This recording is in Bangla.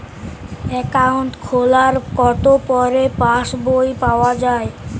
অ্যাকাউন্ট খোলার কতো পরে পাস বই পাওয়া য়ায়?